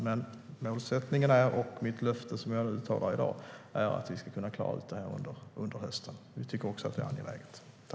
Men mitt löfte här i dag är att målsättningen är att vi ska kunna klara detta under hösten. Vi tycker också att det är angeläget.